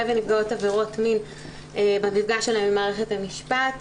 ונפגעות עבירות מין במפגש שלהם עם מערכת המשפט.